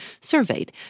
surveyed